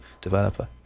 developer